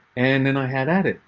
and then i had at it.